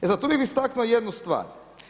E, zato bih istaknuo jednu stvar.